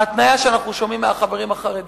ההתניה שאנחנו שומעים מהחברים החרדים?